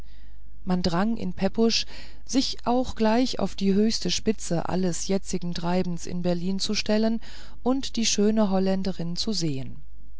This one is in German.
man drang in pepusch sich nur gleich auf die höchste spitze alles jetzigen treibens in berlin zu stellen und die schöne holländerin zu sehen